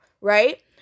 right